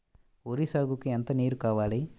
వరి సాగుకు ఎంత నీరు కావాలి?